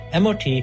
mot